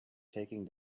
taking